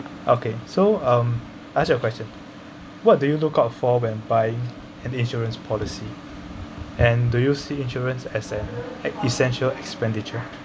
okay so um ask you a question what do you look out for when buying an insurance policy and do you see insurance as an essential expenditure